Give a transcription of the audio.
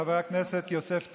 חבר הכנסת יוסף טייב.